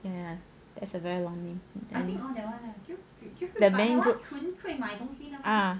ya that's a very long name ya the many good ah